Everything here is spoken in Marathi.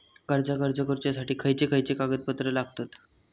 कर्जाक अर्ज करुच्यासाठी खयचे खयचे कागदपत्र लागतत